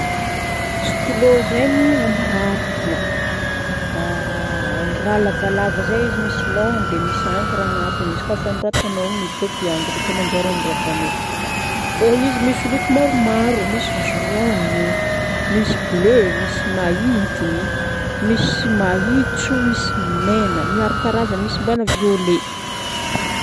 Stylo zaigny agnoratagna. Raha lavalava zay izy, misy lôhany dia misy encre agnatiny. Izy koa fa agnoratagnao miboaky encre ko manjary agnoratagnao. Fô izy misy loko maromaro. Misy jaune, misy bleu, misy mahintiny, misy mahitso, misy megna. Maro karazagny misy mbola violet.